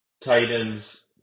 Titans